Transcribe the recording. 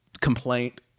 complaint